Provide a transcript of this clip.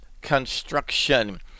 construction